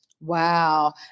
Wow